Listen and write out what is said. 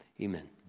amen